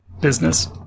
business